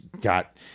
got